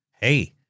Hey